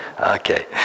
Okay